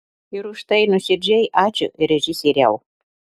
ir už tai nuoširdžiai ačiū režisieriau